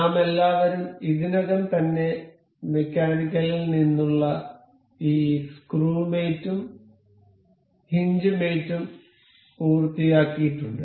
നാമെല്ലാവരും ഇതിനകം തന്നെ മെക്കാനിക്കലിൽ നിന്നുള്ള ഈ സ്ക്രൂ മേറ്റ് ഉം ഹിൻജ് മേറ്റ് ഉം പൂർത്തിയാക്കിയിട്ടുണ്ട്